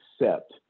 accept